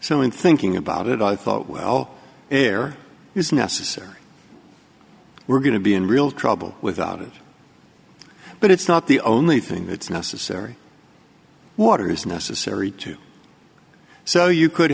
in thinking about it i thought well there is necessary we're going to be in real trouble without it but it's not the only thing that's necessary water is necessary to so you could